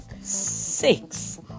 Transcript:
six